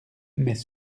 mais